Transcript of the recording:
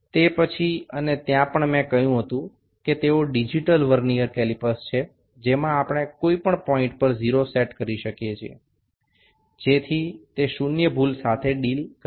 এবং এছাড়াও যেমনটি আমি বলেছি যে আমাদের ডিজিটাল ভার্নিয়ার ক্যালিপার আছে যাতে আমরা ০ বিন্দুটি যেকোনো জায়গায় ঠিক করে নিতে পারি যাতে আমরা শূন্য ত্রুটিটি এড়িয়ে যেতে পারি